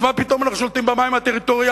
אז מה פתאום אנחנו שולטים במים הטריטוריאליים?